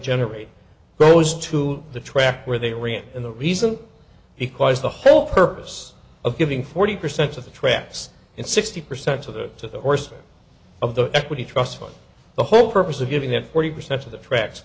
generate rose to the track where they ran in the reason because the whole purpose of giving forty percent of the traps in sixty percent of the horse of the equity trust fund the whole purpose of giving them forty percent of the tracks